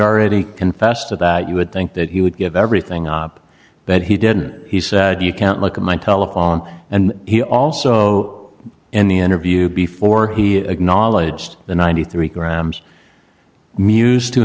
already confessed to that you would think that he would give everything up but he didn't he said you can't look at my telephone and he also in the interview before he acknowledged the ninety three grams mused to